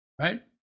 Right